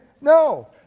No